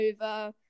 over